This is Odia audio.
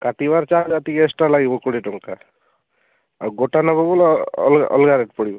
କାଟିବାର ଚାର୍ଜଟା ଟିକିଏ ଏକ୍ସଟ୍ରା ଲାଗିବ କୋଡ଼ିଏ ଟଙ୍କା ଆଉ ଗୋଟା ନେବ ବୋଲ ଅ ଅଲଗା ଅଲଗା ରେଟ୍ ପଡ଼ିବ